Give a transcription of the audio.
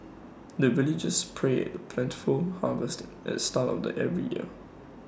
the villagers pray A plentiful harvest at the start of the every year